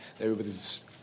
Everybody's